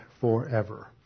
forever